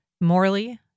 Morley